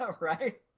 right